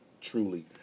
truly